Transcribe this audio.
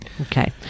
Okay